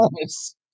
Yes